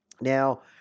Now